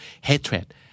hatred